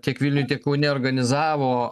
tiek vilniuj tiek kaune organizavo